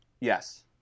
Yes